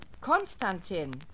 Konstantin